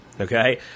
Okay